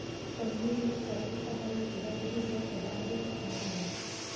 कन्हेरी एक सर्वसाधारण सजावटीचं सदाहरित झाड आहे